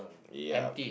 ya